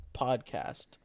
podcast